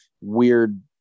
weird